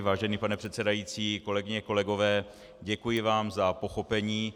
Vážený pane předsedající, kolegyně a kolegové, děkuji vám za pochopení.